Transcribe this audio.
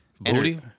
Booty